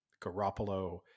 Garoppolo